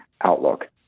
outlook